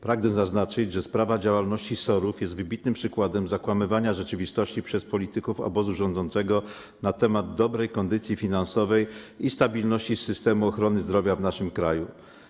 Pragnę zaznaczyć, że sprawa działalności SOR-ów jest wybitnym przykładem zakłamywania rzeczywistości przez polityków obozu rządzącego na temat dobrej kondycji finansowej i stabilności systemu ochrony zdrowia w naszym kraju.